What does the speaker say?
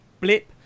blip